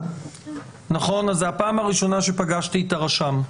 זו הפעם הראשונה שפגשתי את הרשם,